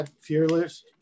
fearless